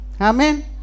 amen